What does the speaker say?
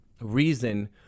reason